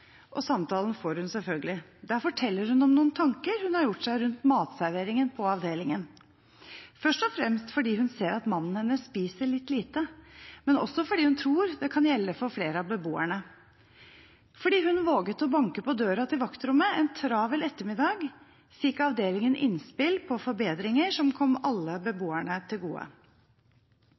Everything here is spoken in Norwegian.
Og samtalen får hun selvfølgelig. Der forteller hun om noen tanker hun har gjort seg rundt matserveringen på avdelingen – først og fremst fordi hun ser at mannen hennes spiser litt lite, men også fordi hun tror det kan gjelde for flere av beboerne. Fordi hun våget å banke på døren til vaktrommet en travel ettermiddag, fikk avdelingen innspill til forbedringer som kom alle beboerne til gode.